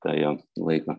tą jo laiką